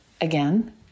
again